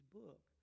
book